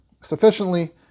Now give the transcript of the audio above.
sufficiently